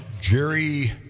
Jerry